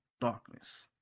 darkness